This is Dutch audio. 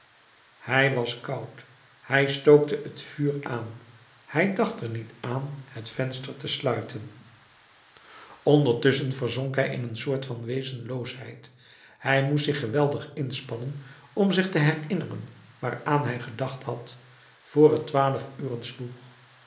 hij was koud hij stookte het vuur aan hij dacht er niet aan het venster te sluiten ondertusschen verzonk hij in een soort van wezenloosheid hij moest zich geweldig inspannen om zich te herinneren waaraan hij gedacht had vr het twaalf uren sloeg